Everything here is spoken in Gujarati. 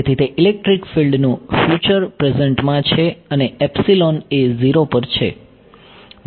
તેથી તે ઇલેક્ટ્રિક ફિલ્ડનું ફ્યુચર પ્રેઝેન્ટમાં છે અને એ 0 પર છે